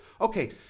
Okay